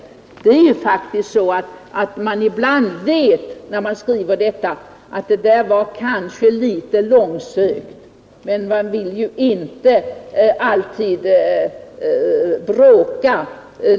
Ibland vet man faktiskt, när man skriver ett betänkande, att en sådan utväg kanske var något långsökt, men man vill inte alltid bråka.